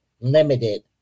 limited